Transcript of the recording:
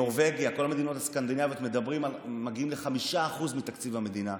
בנורבגיה ובכל המדינות הסקנדינביות מגיעים ל-5% מתקציב המדינה.